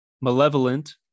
Malevolent